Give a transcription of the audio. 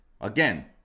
Again